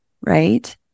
right